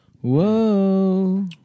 Whoa